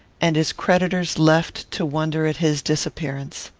and his creditors left to wonder at his disappearance.